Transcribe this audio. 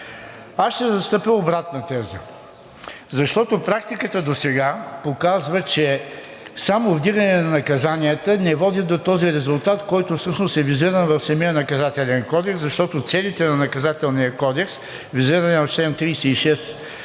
Аз ще застъпя обратната теза, защото практиката досега показва, че само вдигане на наказанията не води до този резултат, който всъщност е визиран в самия Наказателен кодекс, защото целите на Наказателния кодекс, визирани в чл.